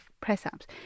press-ups